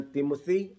Timothy